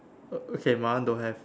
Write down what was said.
err oh okay my one don't have